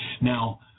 Now